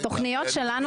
התוכניות שלנו,